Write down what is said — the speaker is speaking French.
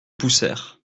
poussèrent